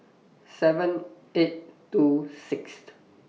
seven eight two Sixth